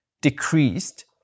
decreased